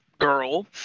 girl